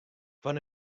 fan